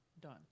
Done